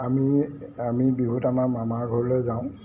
আমি আমি বিহুত আমাৰ মামাৰ ঘৰলৈ যাওঁ